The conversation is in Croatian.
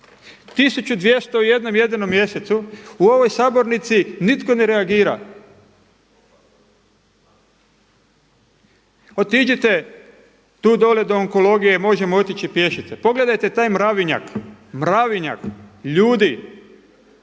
mjesecu u ovoj sabornici nitko ne reagira. Otiđite tu dole do onkologije, možemo otići pješice, pogledajte taj mravinjak, mravinjak ljudi